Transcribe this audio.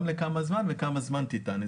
גם לכמה זמן וכמה זמן תטען.